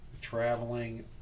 traveling